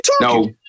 No